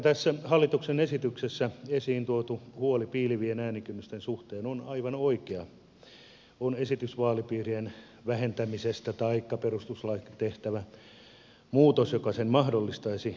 vaikka tässä hallituksen esityksessä esiin tuotu huoli piilevien äänikynnysten suhteen on aivan oikea on esitys vaalipiirien vähentämisestä taikka perustuslakiin tehtävä muutos joka sen mahdollistaisi väärä lääke